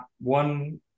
one